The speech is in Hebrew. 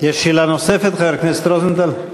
יש שאלה נוספת, חבר הכנסת רוזנטל?